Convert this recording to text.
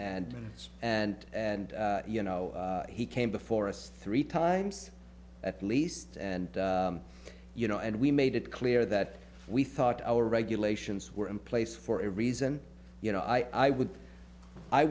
and and and you know he came before us three times at least and you know and we made it clear that we thought our regulations were in place for a reason you know i would i